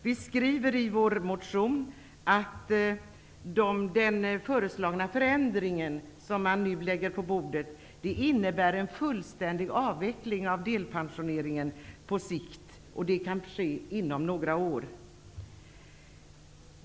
Vi skriver i vår motion att den föreslagna förändringen som nu läggs fram på sikt innebär en fullständig avveckling av delpensioneringen, och det kan ske inom några år.